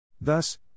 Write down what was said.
Thus